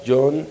John